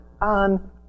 on